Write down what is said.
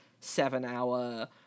seven-hour